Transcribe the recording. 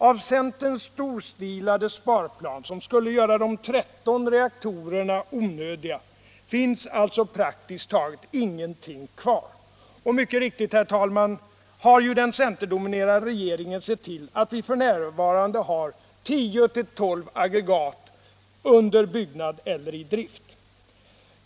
Av centerns storstilade sparplan, som skulle göra de 13 reaktorerna onödiga, finns alltså praktiskt taget ingenting kvar. Mycket riktigt har också den centerdominerade regeringen sett till att vi f.n. har 10-12 aggregat under byggnad eller i drift.